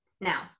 Now